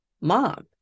mom